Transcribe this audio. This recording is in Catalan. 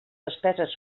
despeses